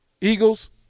eagles